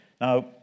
Now